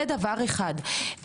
זה דבר אחד.